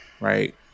Right